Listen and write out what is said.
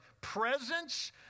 presence